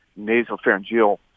nasopharyngeal